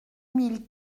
mille